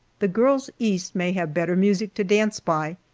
the girls east may have better music to dance by,